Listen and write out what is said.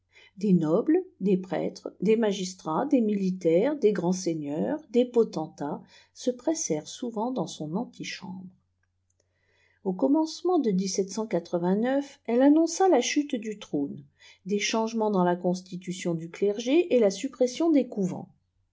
des nobles des prêtres des magistrats des militaires des grands seigneurs des potentats se pressèrent souvent dans son antichambre au commenoejoaent de elle annonça la chute du trânot des changement dans la constitution du clergé et la suppression des couvents